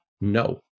No